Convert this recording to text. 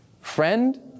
friend